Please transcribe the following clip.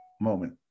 moment